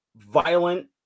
violent